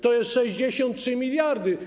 To jest 63 mld.